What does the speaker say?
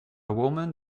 woman